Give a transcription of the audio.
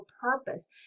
purpose